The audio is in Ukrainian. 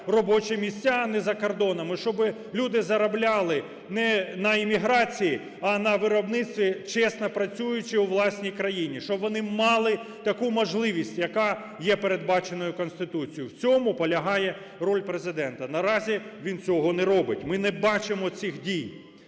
робочі місця, а не за кордоном, і щоби люди заробляли не на еміграції, а на виробництві, чесно працюючи у власній країні, щоб вони мали таку можливість, яка є передбаченою Конституцією. В цьому полягає роль Президента. Наразі він цього не робить, ми не бачимо цих дій.